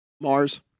Mars